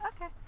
Okay